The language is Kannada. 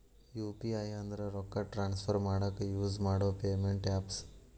ಯು.ಪಿ.ಐ ಅಂದ್ರ ರೊಕ್ಕಾ ಟ್ರಾನ್ಸ್ಫರ್ ಮಾಡಾಕ ಯುಸ್ ಮಾಡೋ ಪೇಮೆಂಟ್ ಆಪ್ಸ್